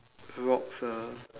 rocks ah